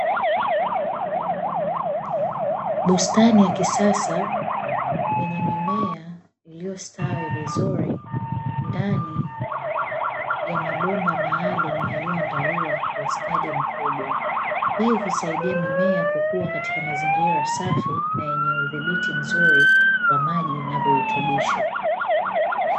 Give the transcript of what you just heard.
Bustani ya kisasa yenye mimea iliyostawi vizuri ndani ya mabomba maalumu yaliyoandaliwa kwa ustadi mkubwa. Hii husaidia mimea kukua katika mazingira safi na yenye udhibiti mzuri wa maji na virutubisho.